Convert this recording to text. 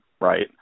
Right